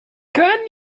können